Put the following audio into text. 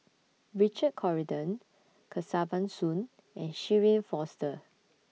Richard Corridon Kesavan Soon and Shirin Fozdar